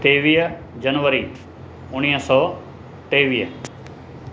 टेवीह जनवरी उणिवीह सौ टेवीह